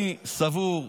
אני סבור,